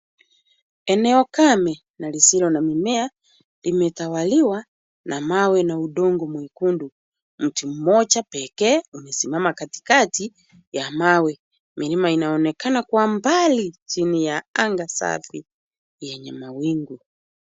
Eneo kame na lisilo na mimea limetawaliwa na mawe na udongo mwekundu. Mti mmoja pekee umesimama katikati ya mawe. Milima inaonekana kwa mbali, chini ya anga safi yenye mawingu.